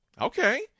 okay